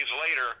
later